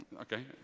Okay